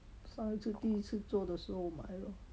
上一次第一次做的时候买 lor